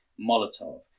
Molotov